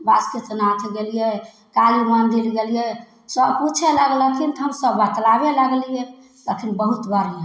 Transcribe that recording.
बासुकीनाथ गेलिए काली मन्दिर गेलिए सभ पुछै लगलखिन तऽ हम सब बतलाबे लगलिए तखन बहुत बढ़िआँ